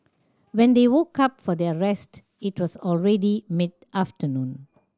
when they woke up for their rest it was already mid afternoon